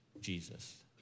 Jesus